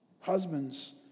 Husbands